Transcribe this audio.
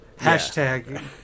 Hashtag